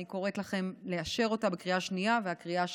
ואני קוראת לכם לאשר אותה בקריאה השנייה ובקריאה השלישית.